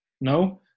No